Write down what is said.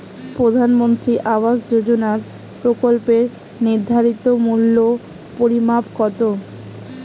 প্রধানমন্ত্রী আবাস যোজনার প্রকল্পের নির্ধারিত মূল্যে পরিমাণ কত?